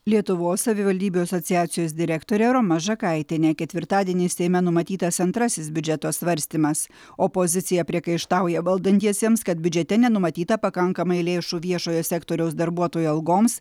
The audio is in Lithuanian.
lietuvos savivaldybių asociacijos direktorė roma žakaitienė ketvirtadienį seime numatytas antrasis biudžeto svarstymas opozicija priekaištauja valdantiesiems kad biudžete nenumatyta pakankamai lėšų viešojo sektoriaus darbuotojų algoms